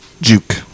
juke